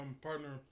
partner